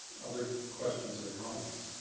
other questions or comments?